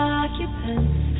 occupants